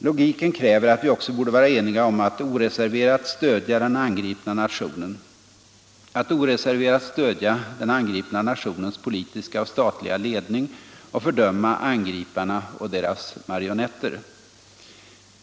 Logiken kräver att vi också borde vara eniga om att oreserverat stödja den angripna nationen, dess politiska och statliga ledning, och fördöma angriparna och deras marionetter.